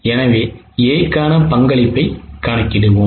எனவே A க்கான பங்களிப்பைக் கணக்கிடுவோம்